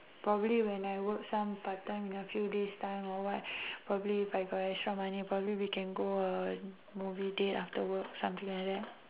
probably when I work some part time in a few days time or what probably if I got extra money probably we can go a movie date after work something like that